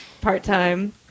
part-time